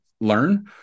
learn